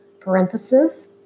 Parenthesis